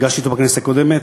הגשתי אותו בכנסת הקודמת,